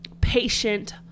patient